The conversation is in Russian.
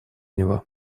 него